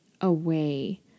away